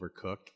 overcooked